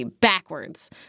Backwards